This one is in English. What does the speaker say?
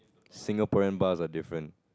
Singaporean bars are different